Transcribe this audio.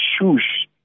shoes